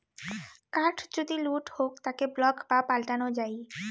card যদি লুট হউক তাকে ব্লক বা পাল্টানো যাই